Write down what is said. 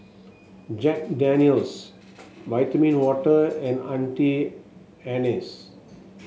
Jack Daniel's Vitamin Water and Auntie Anne's